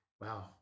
Wow